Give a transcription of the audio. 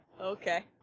okay